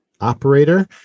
operator